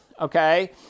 okay